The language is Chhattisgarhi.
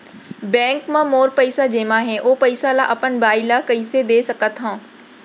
बैंक म मोर पइसा जेमा हे, ओ पइसा ला अपन बाई ला कइसे दे सकत हव?